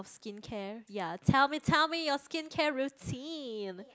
skincare ya tell me tell me your skincare routine